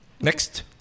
Next